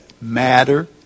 matter